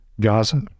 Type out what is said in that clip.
Gaza